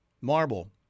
Marble